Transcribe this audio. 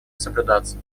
соблюдаться